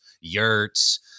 yurts